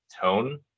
tone